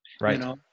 Right